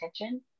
attention